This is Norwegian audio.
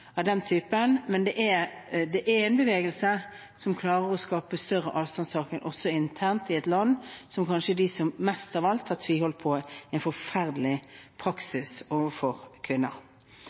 av den typen. Men det er en bevegelse som klarer å skape større avstandstaken også internt i et land som kanskje mest av alt har tviholdt på en forferdelig praksis overfor kvinner.